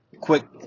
Quick